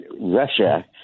Russia